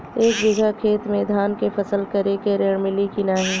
एक बिघा खेत मे धान के फसल करे के ऋण मिली की नाही?